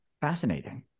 Fascinating